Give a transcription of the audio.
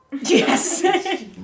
Yes